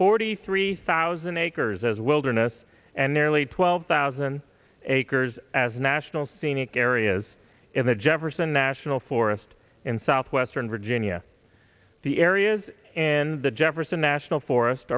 forty three thousand acres as wilderness and nearly twelve thousand acres as national scenic areas in the jefferson national forest in southwestern virginia the areas in the jefferson national forest